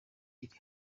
iri